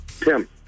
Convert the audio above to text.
Tim